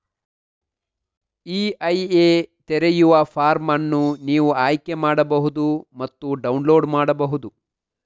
EIA ತೆರೆಯುವ form ಅನ್ನು ನೀವು ಆಯ್ಕೆ ಮಾಡಬಹುದು ಮತ್ತು ಡೌನ್ಲೋಡ್ ಮಾಡಬಹುದು